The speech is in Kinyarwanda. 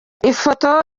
ifoto